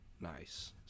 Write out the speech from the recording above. Nice